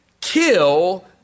kill